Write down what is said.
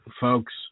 folks